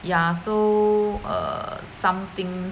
ya so err some things